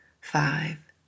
five